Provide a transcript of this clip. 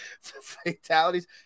Fatalities